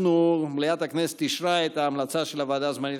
מליאת הכנסת אישרה את ההמלצה של הוועדה הזמנית